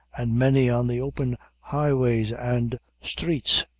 and many on the open highways and streets,